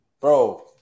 Bro